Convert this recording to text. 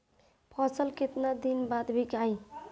फसल केतना दिन बाद विकाई?